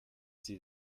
sie